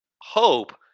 Hope